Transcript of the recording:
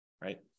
right